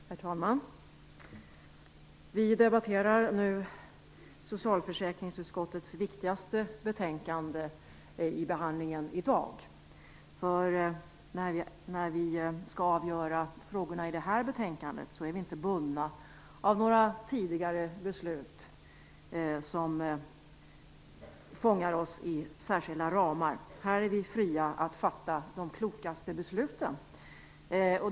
Herr talman! Vi debatterar nu socialförsäkringsutskottets viktigaste betänkande i behandlingen i dag, därför att när vi skall avgöra frågorna i det här betänkandet är vi inte bundna av några tidigare beslut om särskilda ramar. Här är vi fria att fatta de klokaste beslut.